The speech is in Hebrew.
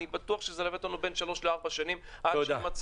אני בטוח שזה ילווה אותנו בין 3-4 שנים עד שיימצא